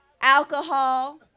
alcohol